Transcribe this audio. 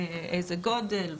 איזה גודל,